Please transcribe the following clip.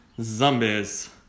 zombies